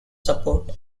support